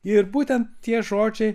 ir būtent tie žodžiai